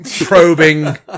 probing